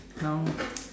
now